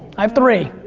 i have three.